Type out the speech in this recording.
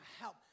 help